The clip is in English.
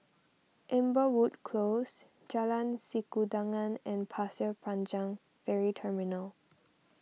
Amberwood Close Jalan Sikudangan and Pasir Panjang Ferry Terminal